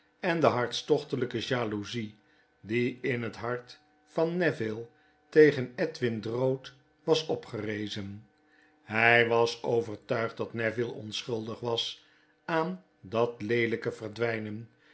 en de hartstochtelijke jploezie die in het hart van neville tegen edwin drood was opgerezen hij was overtuigd dat neville onschuldig was aan dat leelijke verdwijnen